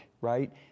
right